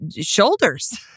shoulders